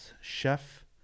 chef